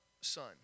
son